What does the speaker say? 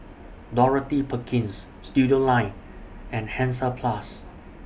Dorothy Perkins Studioline and Hansaplast